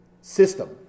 system